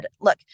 look